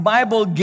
Bible